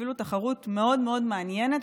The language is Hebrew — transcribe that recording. ואפילו תחרות מאוד מאוד מעניינת,